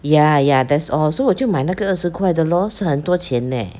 ya ya that's all so 我就买那个二十块的 lor 是很多钱 eh